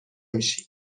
میشی